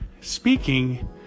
speaking